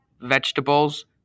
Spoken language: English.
vegetables